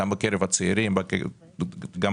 גם בקרב הצעירים ונשים.